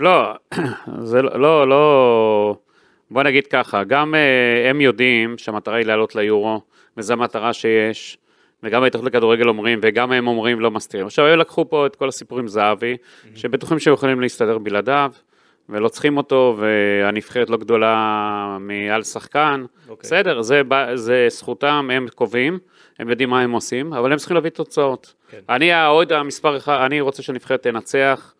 לא, זה לא- לא- לא- בוא נגיד ככה, גם, אה, הם יודעים שהמטרה היא לעלות ליורו, וזו המטרה שיש, וגם ההתאחדות לכדורגל אומרים, וגם הם אומרים, לא מסתירים. אוקיי. עכשיו, הם לקחו פה את כל הסיפור עם זהבי, Mhm. שבטוחים שהם יכולים להסתדר בלעדיו, ולא צריכים אותו, והנבחרת לא גדולה מעל שחקן. אוקיי. בסדר, זה ב- זה זכותם, הם קובעים, הם יודעים מה הם עושים, אבל הם צריכים להביא תוצאות. כן. אני, האוהד המספר אחד, אני רוצה שהנבחרת תנצח,